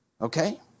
Okay